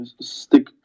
stick